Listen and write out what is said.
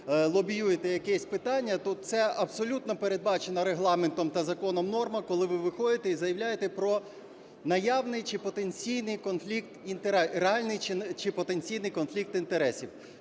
лобіюєте якесь питання, то це абсолютно передбачено Регламентом та законом норма, коли ви виходите і заявляєте про наявний чи потенційний конфлікт… реальний